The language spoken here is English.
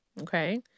okay